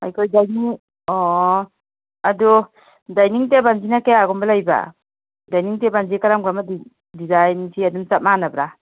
ꯑꯩꯈꯣꯏ ꯗꯥꯏꯅꯤꯡ ꯑꯣ ꯑꯗꯨ ꯗꯥꯏꯅꯤꯡ ꯇꯦꯕꯜꯁꯤꯅ ꯀꯌꯥꯒꯨꯝꯕ ꯂꯩꯕ ꯗꯥꯏꯅꯤꯡ ꯇꯦꯕꯜꯁꯦ ꯀꯔꯝ ꯀꯔꯝꯕ ꯗꯤꯖꯥꯏꯟꯁꯤ ꯑꯗꯨꯝ ꯆꯞ ꯃꯥꯟꯅꯕ꯭ꯔꯥ